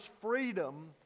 freedom